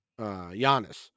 Giannis